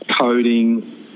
coding